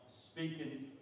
speaking